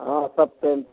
हाँ सब सेम